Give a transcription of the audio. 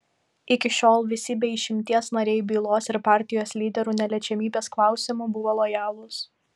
iki šiol visi be išimties nariai bylos ir partijos lyderių neliečiamybės klausimu buvo lojalūs